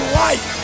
life